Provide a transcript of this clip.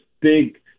big